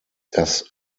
das